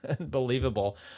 unbelievable